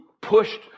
pushed